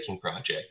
project